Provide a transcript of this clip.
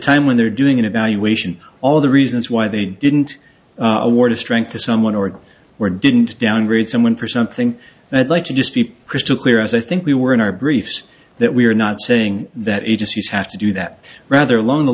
time when they're doing an evaluation all the reasons why they didn't award a strength to someone org where didn't downgrade someone for something and i'd like to just be crystal clear as i think we were in our briefs that we are not saying that agencies have to do that rather long the